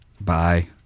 Bye